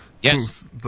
Yes